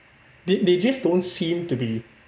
they they just don't seem to be